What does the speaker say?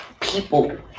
people